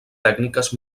tècniques